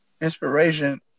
inspiration